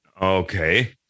Okay